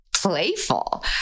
Playful